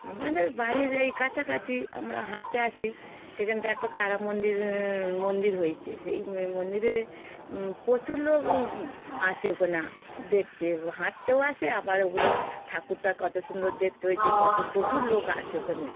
আমাদের বাড়ির এই কাছাকাছি আমরা হাঁটতে আসি সেখানটায় একটা তারা মন্দির মন্দির হয়েছে সেই মন্দিরে প্রচুর লোক আসে ওখানে দেখতে হাঁটতেও আসে আবার ওগুলো ঠাকুরটা কত সুন্দর দেখতে হয়েছে কত প্রচুর লোক আসে ওখানে